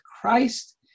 Christ